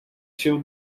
się